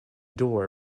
door